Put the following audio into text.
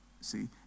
See